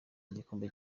igikombe